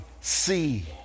see